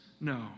No